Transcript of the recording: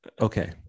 okay